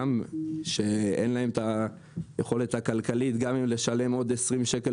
שאין להם יכולת כלכלית לשלם עוד 20 שקל